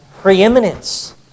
preeminence